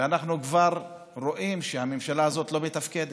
ואנחנו כבר רואים שהממשלה הזאת לא מתפקדת.